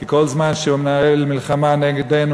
כי כל זמן שהוא מנהל מלחמה נגדנו,